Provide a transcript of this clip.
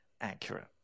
accurate